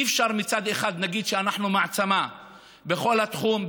אי-אפשר מצד אחד להגיד שאנחנו מעצמה בכל התחום,